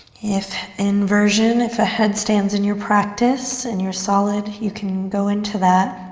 if inversion, if a headstand's in your practice and you're solid, you can go into that.